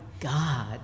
god